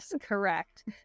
correct